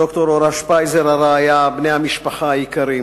ד"ר אורה שפייזר, הרעיה, בני המשפחה היקרים,